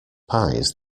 pies